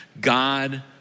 God